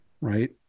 right